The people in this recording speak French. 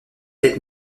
être